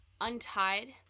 untied